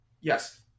yes